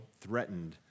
threatened